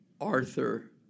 Arthur